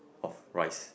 of rice